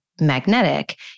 magnetic